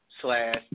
slash